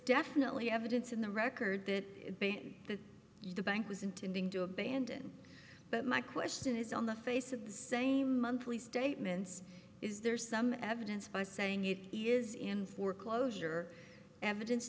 definitely evidence in the record that the bank was intending to abandon but my question is on the face of the same monthly statements is there some evidence by saying it is in foreclosure evidence